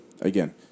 again